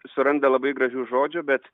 suranda labai gražių žodžių bet